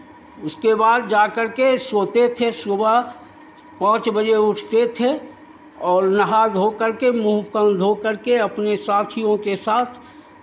उसके बाद जा करके सोते थे सुबह पाँच बजे उठते थे और नहा धो करके मुँह कान धो करके अपने साथियों के साथ